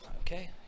Okay